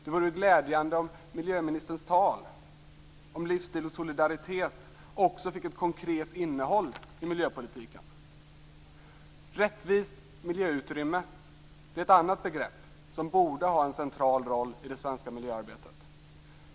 Det vore glädjande om miljöministerns tal om livsstil och solidaritet också fick ett konkret innehåll i miljöpolitiken. Rättvist miljöutrymme är ett annat begrep som borde ha en central roll i det svenska miljöarbetet.